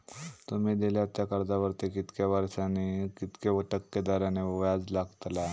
तुमि दिल्यात त्या कर्जावरती कितक्या वर्सानी कितक्या टक्के दराने व्याज लागतला?